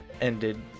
ended